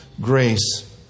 grace